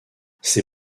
ses